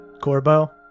Corbo